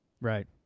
right